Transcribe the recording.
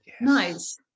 nice